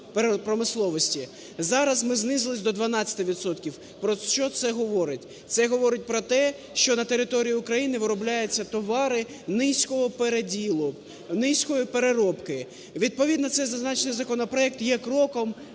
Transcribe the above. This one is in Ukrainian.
зараз ми знизилися до 12 відсотків. Про що це говорить? Це говорить про те, що на території України виробляються товари низького переділу, низької переробки. Відповідно цей зазначений законопроект є кроком